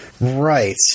Right